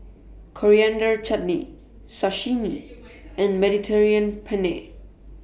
Coriander Chutney Sashimi and Mediterranean Penne